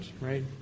right